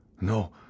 No